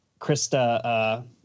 Krista